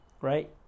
right